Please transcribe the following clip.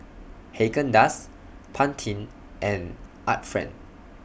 Haagen Dazs Pantene and Art Friend